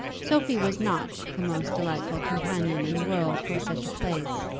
sophie was not the most delightful companion in the world for such a place.